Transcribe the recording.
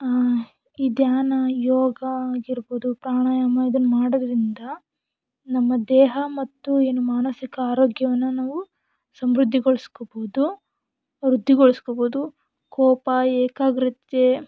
ಈ ಧ್ಯಾನ ಯೋಗ ಆಗಿರ್ಬೋದು ಪ್ರಾಣಾಯಾಮ ಇದನ್ನ ಮಾಡೋದರಿಂದ ನಮ್ಮ ದೇಹ ಮತ್ತು ಏನು ಮಾನಸಿಕ ಆರೋಗ್ಯವನ್ನು ನಾವು ಸಮೃದ್ಧಿಗೊಳಿಸ್ಕೊಬೋದು ವೃದ್ಧಿಗೊಳಿಸ್ಕೊಬೋದು ಕೋಪ ಏಕಾಗ್ರತೆ